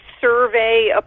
survey